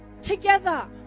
Together